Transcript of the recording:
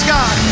God